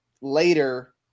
later